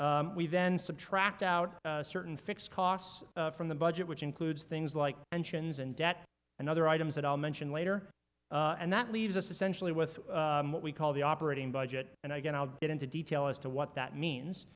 be we then subtract out certain fixed costs from the budget which includes things like engines and debt and other items that i'll mention later and that leaves us essentially with what we call the operating budget and again i'll get into detail as to what that means